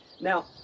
Now